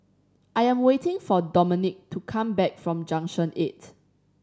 I am waiting for Domenic to come back from Junction Eight